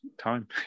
time